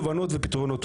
תובנות ופתרונות.